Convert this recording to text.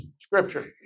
Scripture